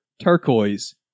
turquoise